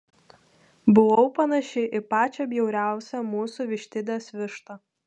buvau panaši į pačią bjauriausią mūsų vištidės vištą